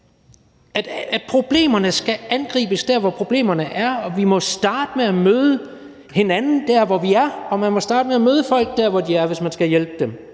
at problemerne skal angribes der, hvor problemerne er, og at vi må starte med at møde hinanden der, hvor vi er, og at man må starte med at møde folk der, hvor de er, hvis man skal hjælpe dem,